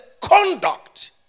conduct